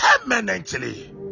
permanently